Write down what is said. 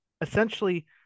essentially